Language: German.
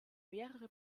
mehrere